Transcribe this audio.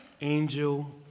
Angel